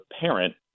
parent